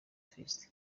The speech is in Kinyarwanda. fest